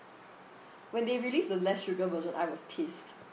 when they released the less sugar version I was pissed